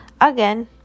Again